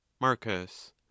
Marcus